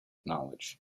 knowledge